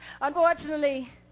Unfortunately